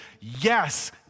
Yes